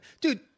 dude